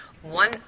One